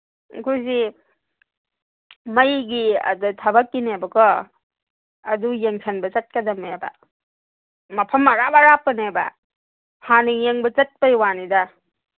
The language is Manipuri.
ꯑꯩꯈꯣꯏꯁꯦ ꯃꯩꯒꯤ ꯑꯗ ꯊꯕꯛꯀꯤꯅꯦꯕꯀꯣ ꯑꯗꯨ ꯌꯦꯡꯁꯟꯕ ꯆꯠꯀꯗꯝꯃꯦꯕ ꯃꯐꯝ ꯑꯔꯥꯞ ꯑꯔꯥꯞꯄꯅꯦꯕ ꯍꯥꯟꯅ ꯌꯦꯡꯕ ꯆꯠꯄꯩ ꯋꯥꯅꯤꯗ